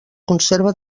conserva